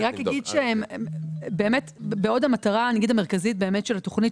בעוד המטרה המרכזית של התוכנית,